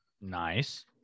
Nice